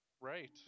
Right